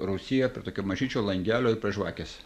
rūsyje prie tokio mažyčio langelio ir prie žvakės